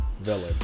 villain